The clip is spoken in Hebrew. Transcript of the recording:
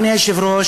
אדוני היושב-ראש,